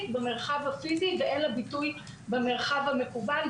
במרחב הפיזי ואין לה ביטוי במרחב המקוון,